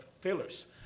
fillers